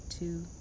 two